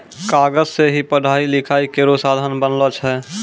कागज सें ही पढ़ाई लिखाई केरो साधन बनलो छै